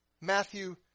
Matthew